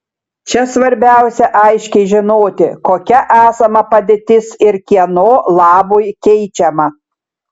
čia svarbiausia aiškiai žinoti kokia esama padėtis ir kieno labui keičiama